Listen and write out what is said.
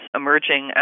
emerging